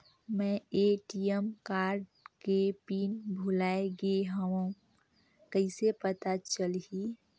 मैं ATM card के pin भुलाए गे हववं कइसे पता चलही?